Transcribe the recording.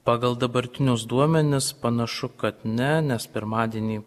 pagal dabartinius duomenis panašu kad ne nes pirmadienį